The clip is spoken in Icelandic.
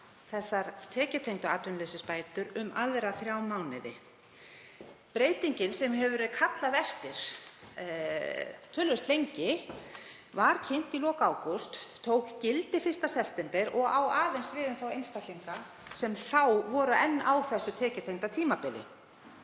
tekjutengdar atvinnuleysisbætur um aðra þrjá mánuði. Breytingin, sem hefur verið kallað eftir töluvert lengi, var kynnt í lok ágúst, tók gildi 1. september og á aðeins við um þá einstaklinga sem þá voru enn á þessu tekjutengda tímabili